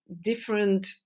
different